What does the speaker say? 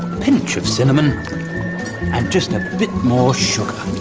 pinch of cinnamon and just a bit more sugar.